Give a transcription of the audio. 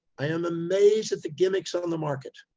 i am amazed at the gimmicks on the market,